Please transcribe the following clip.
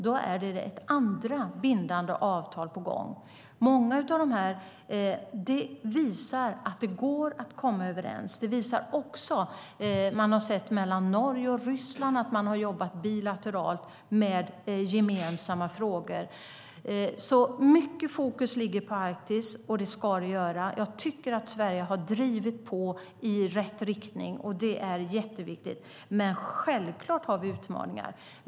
Då är ett andra bindande avtal på gång. Det visar att det går att komma överens. Norge och Ryssland har jobbat bilateralt med gemensamma frågor. Mycket fokus ligger på Arktis, och det ska det göra. Jag tycker att Sverige drivit på i rätt riktning. Det är jätteviktigt. Självklart har vi utmaningar.